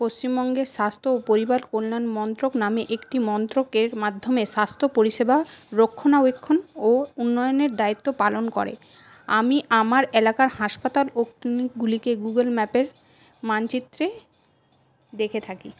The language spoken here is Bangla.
পশ্চিমবঙ্গের স্বাস্থ্য পরিবার কল্যাণ মন্ত্রক নামে একটি মন্ত্রকের মাধ্যমে স্বাস্থ্য পরিষেবা রক্ষণাবেক্ষণ ও উন্নয়নের দায়িত্ব পালন করে আমি আমার এলাকার হাসপাতাল ও ক্লিনিকগুলিকে গুগল ম্যাপের মানচিত্রে দেখে থাকি